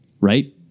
Right